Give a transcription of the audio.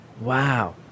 Wow